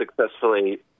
successfully